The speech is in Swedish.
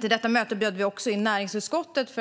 Till detta möte bjöd vi också in näringsutskottet,